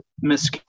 Miss